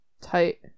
tight